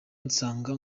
nsanga